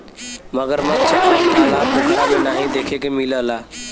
मगरमच्छ अब तालाब पोखरा में नाहीं देखे के मिलला